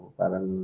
parang